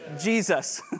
Jesus